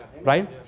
Right